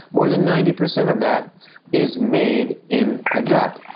more than ninety percent of that is made in the gut.